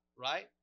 right